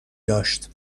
داشت